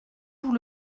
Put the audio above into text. vous